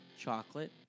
chocolate